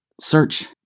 Search